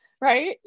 right